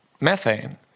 methane